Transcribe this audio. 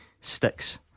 Sticks